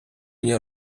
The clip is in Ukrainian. мені